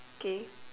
k